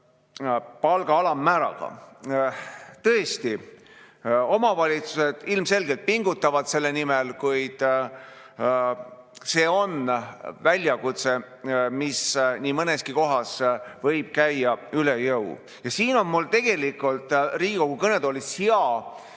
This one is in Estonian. palga alammääraga. Tõesti, omavalitsused ilmselgelt pingutavad selle nimel, kuid see on väljakutse, mis nii mõneski kohas võib käia üle jõu. Mul on tegelikult hea siin Riigikogu kõnetoolis